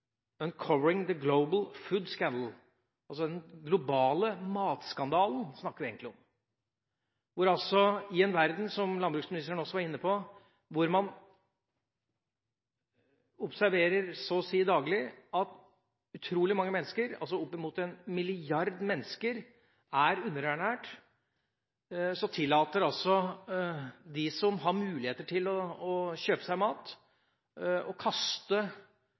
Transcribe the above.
the Global Food Scandal» – altså den globale matskandalen – som vi egentlig snakker om. I en verden hvor man så å si daglig observerer, som landbruksministeren også var inne på, at utrolig mange mennesker, opp mot en milliard, er underernærte, tillater de som har muligheter til å kjøpe seg mat, seg å kaste